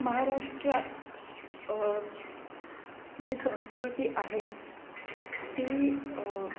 महाराष्ट्रात जी संस्कृती आहे ती